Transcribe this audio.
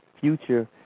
future